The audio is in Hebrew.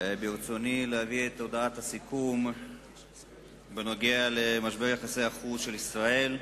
ברצוני להביא את הודעת הסיכום בנוגע למשבר ביחסי החוץ של ישראל,